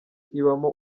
ibamo